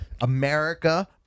America